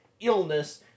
illness